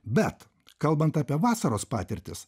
bet kalbant apie vasaros patirtis